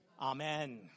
Amen